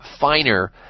finer